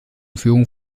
führung